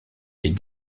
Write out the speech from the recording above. est